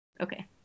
okay